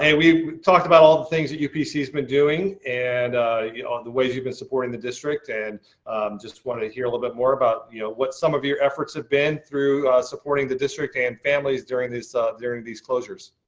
and we talked about all the things that you upc has been doing and um the ways you've been supporting the district and just wanted to hear a little bit more about you know what some of your efforts have been through supporting the district and families during these ah during these closures?